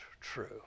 true